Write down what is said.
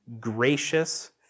gracious